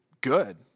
good